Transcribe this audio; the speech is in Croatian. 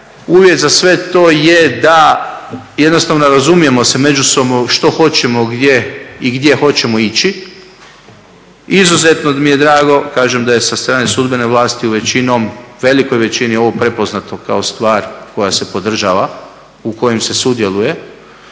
uvjet za sve to je da jednostavno razumijemo se među sobom što hoćemo, i gdje hoćemo ići. Izuzetno mi je drago, kažem da je sa strane sudbene vlasti u velikoj većini ovo prepoznato kao stvar koja se podržava, u kojoj se sudjeluje